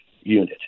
unit